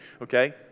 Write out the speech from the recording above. okay